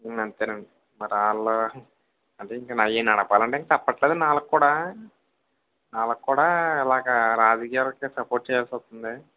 అంతేనండి మరి వాళ్ళు అంటే ఇంక అవి నడపాలంటే తప్పట్లేదండి వాళ్లకి కూడా వాళ్లక్కూడా అలాగ రాజకీయాలకి సపోట్ చేయాల్సి వస్తుంది